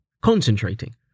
Concentrating